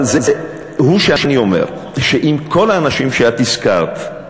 אבל הוא שאני אומר, שאם כל האנשים שאת הזכרת,